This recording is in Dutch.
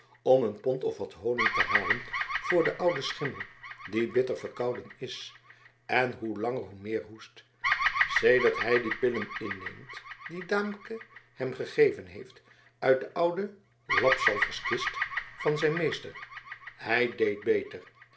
om een pond of wat honig te halen voor den ouden schimmel die bitter verkouden is en hoe langer hoe meer hoest sedert hij die pillen inneemt die daamke hem gegeven heeft uit de oude lapzalverkast van zijn meester hij deed beter